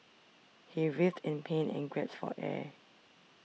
he writhed in pain and gasped for air